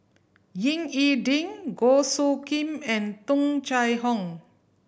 Ying E Ding Goh Soo Khim and Tung Chye Hong